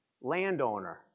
landowner